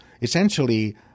Essentially